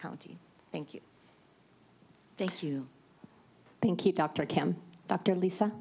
county thank you thank you thank you dr kam dr lisa